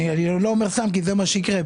אני לא אומר סתם, כי זה מה שיקרה.